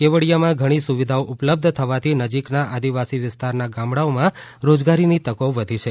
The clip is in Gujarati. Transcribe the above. કેવડીયામાં ઘણી સુવિધાઓ ઉપલબ્ધ થવાથી નજીકના આદિવાસી વિસ્તારના ગામડાઓમાં રોજગારીની તકો વધી છે